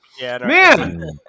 Man